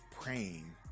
praying